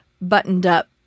buttoned-up